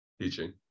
Teaching